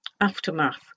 Aftermath